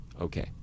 okay